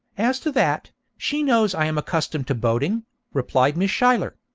as to that, she knows i am accustomed to boating replied miss schuyler.